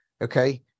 Okay